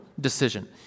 decision